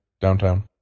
Downtown